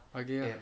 okay